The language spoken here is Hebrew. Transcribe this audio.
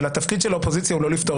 אבל התפקיד של האופוזיציה הוא לא לפתור